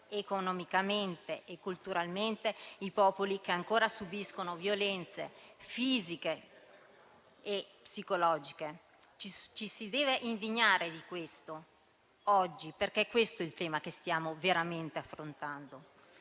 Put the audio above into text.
economicamente e culturalmente i popoli che ancora subiscono violenze fisiche e psicologiche. Ci si deve indignare di questo oggi, perché questo è il tema che stiamo veramente affrontando.